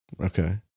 Okay